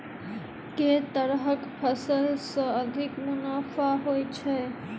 केँ तरहक फसल सऽ अधिक मुनाफा होइ छै?